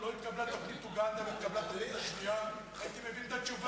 זה עתה אני קורא מדברי הנשיא אובמה בטורקיה: אנו דבקים בהבנות אנאפוליס.